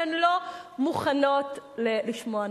והן לא מוכנות לשמוע נשים.